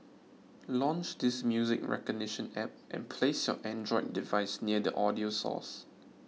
launch this music recognition app and place your Android device near the audio source